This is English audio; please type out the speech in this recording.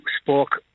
spoke